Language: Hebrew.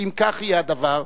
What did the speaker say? שאם כך יהיה הדבר,